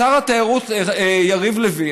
שר התיירות יריב לוין,